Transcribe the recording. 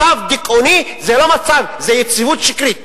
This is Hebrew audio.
מצב דיכאוני זה לא מצב, זה יציבות שקרית.